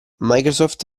microsoft